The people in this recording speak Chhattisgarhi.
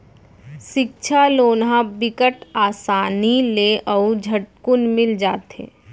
सिक्छा लोन ह बिकट असानी ले अउ झटकुन मिल जाथे